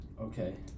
Okay